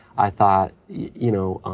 i thought, you know,